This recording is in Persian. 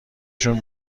شون